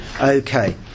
okay